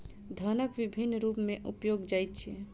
धनक विभिन्न रूप में उपयोग जाइत अछि